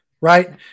right